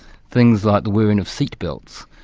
things like the wearing of seat belts,